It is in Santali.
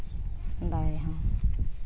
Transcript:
ᱫᱟᱲᱮ ᱦᱚᱸ